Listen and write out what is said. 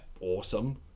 awesome